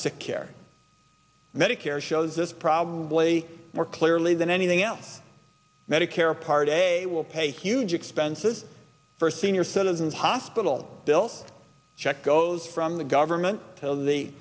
care medicare shows us probably more clearly than anything else medicare part a will pay huge expenses for senior citizens hospital bill check goes from the government